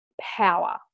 power